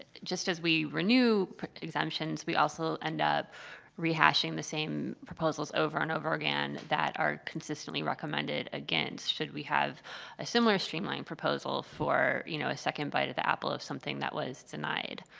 just as we renew exemptions, we also will end up rehashing the same proposals over and over again that are consistently recommended against. should we have a similar streamlining proposal for, you know, a second bite at the apple of something that was denied.